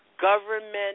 government